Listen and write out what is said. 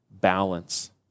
balance